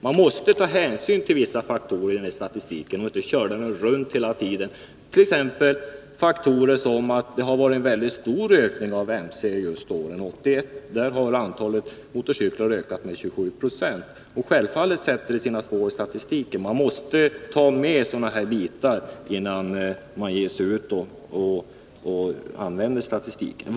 Man måste ta hänsyn till vissa faktorer i samband med den här statistiken och inte ”köra den runt” hela tiden. Det är exempelvis faktorer som att det varit en väldigt stor ökning av MC just under 1981. Antalet motorcyklar ökade med 27 90. Självfallet sätter detta sina spår i statistiken. Man måste därför ta med sådana faktorer när man använder den.